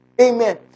Amen